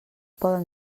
poden